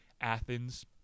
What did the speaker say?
Athens